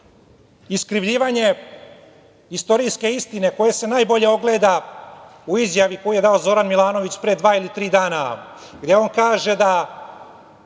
iskrivljivanje istorijske istine koja se najbolje ogleda u izjavi koju je dao Zoran Milanović pre dva ili tri dana, gde on kaže da